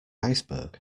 iceberg